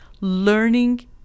learning